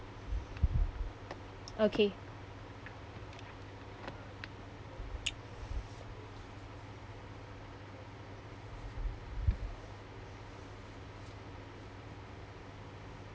okay